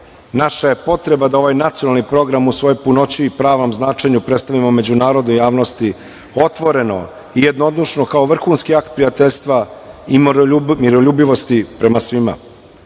Naša je potreba da ovaj nacionalni program u svojoj punoći i pravom značenju predstavimo međunarodnoj javnosti otvoreno i jednodušno kao vrhunski akt prijateljstva i miroljubivosti prema svima.